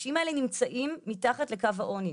האנשים האלה נמצאים מתחת לקו העוני.